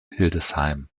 hildesheim